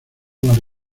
las